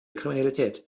kriminalität